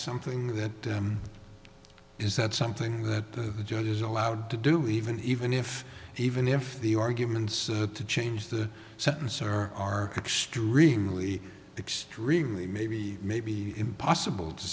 something that is that something that the judge is allowed to do even even if even if the arguments to change the sentence are extremely extremely maybe maybe impossible to